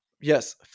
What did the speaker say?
yes